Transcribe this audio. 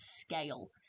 scale